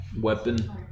weapon